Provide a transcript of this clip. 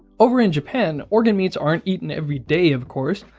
over in japan, organ meats aren't eaten every day of course,